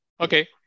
Okay